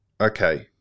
okay